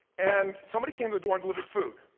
and somebody came to the door and delivered food.